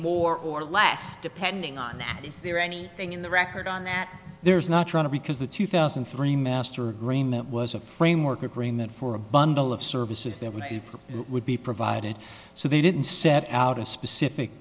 more or less depending on that is there anything in the record on that there's not trying to because the two thousand and three master agreement was a framework agreement for a bundle of services that we would be provided so they didn't set out a specific